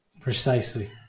Precisely